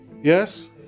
Yes